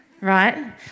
right